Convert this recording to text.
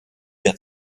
der